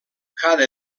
cada